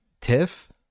Tiff